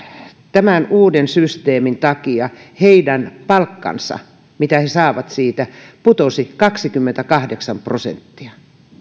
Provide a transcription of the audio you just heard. tämän uuden systeemin takia heidän palkkansa mitä he saavat siitä putosi kaksikymmentäkahdeksan prosenttia